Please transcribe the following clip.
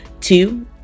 Two